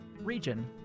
region